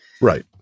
Right